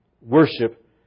Worship